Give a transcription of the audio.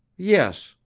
yes,